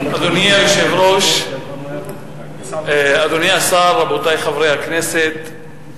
אדוני היושב-ראש, אדוני השר, רבותי חברי הכנסת,